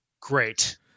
Great